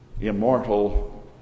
immortal